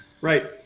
right